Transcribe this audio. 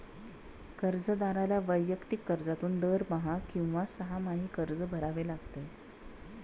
कर्जदाराला वैयक्तिक कर्जातून दरमहा किंवा सहामाही कर्ज भरावे लागते